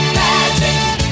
magic